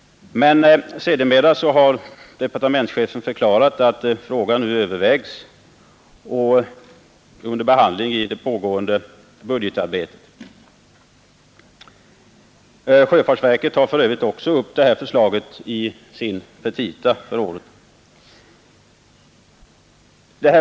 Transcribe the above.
Sedermera har departementschefen emellertid förklarat att frågan nu övervägs och är under behandling i det pågående budgetarbetet. Sjöfartsverket tar för övrigt också upp det här förslaget i sina petita för året.